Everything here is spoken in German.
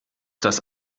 das